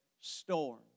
storm